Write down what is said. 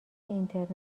اینترنت